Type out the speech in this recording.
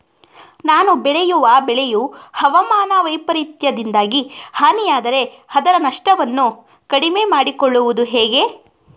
ನಾನು ಬೆಳೆಯುವ ಬೆಳೆಯು ಹವಾಮಾನ ವೈಫರಿತ್ಯದಿಂದಾಗಿ ಹಾನಿಯಾದರೆ ಅದರ ನಷ್ಟವನ್ನು ಕಡಿಮೆ ಮಾಡಿಕೊಳ್ಳುವುದು ಹೇಗೆ?